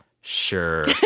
sure